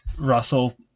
Russell